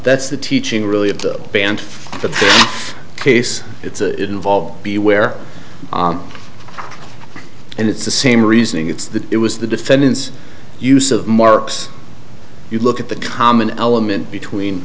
that's the teaching really of the band the case it's a involved b where and it's the same reasoning it's that it was the defendant's use of marks you look at the common element between